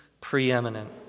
preeminent